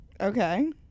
Okay